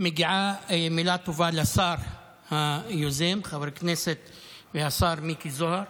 מגיעה מילה טובה לשר היוזם חבר הכנסת והשר מיקי זוהר.